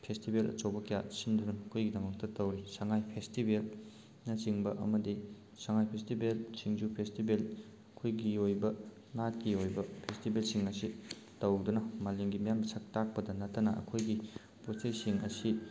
festival ꯑꯆꯧꯕ ꯀꯌꯥ ꯁꯤꯟꯗꯨꯅ ꯑꯩꯈꯣꯏꯒꯤꯗꯃꯛꯇ ꯇꯧꯔꯤ ꯁꯉꯥꯏ ꯐꯦꯁꯇꯤꯕꯦꯜꯅ ꯆꯤꯡꯕ ꯑꯃꯗꯤ ꯁꯉꯥꯏ ꯐꯦꯁꯇꯤꯕꯦꯜ ꯁꯤꯡꯖꯨ ꯐꯦꯁꯇꯤꯕꯦꯜ ꯑꯩꯈꯣꯏꯒꯤ ꯑꯣꯏꯕ ꯅꯥꯠꯀꯤ ꯑꯣꯏꯕ ꯐꯦꯁꯇꯤꯕꯦꯜꯁꯤꯡ ꯑꯁꯤ ꯇꯧꯗꯨꯅ ꯃꯥꯂꯦꯝꯒꯤ ꯃꯤꯌꯥꯝꯗ ꯁꯛ ꯇꯥꯛꯄꯗ ꯅꯠꯇꯅ ꯑꯩꯈꯣꯏꯒꯤ ꯄꯣꯠꯆꯩꯁꯤꯡ ꯑꯁꯤ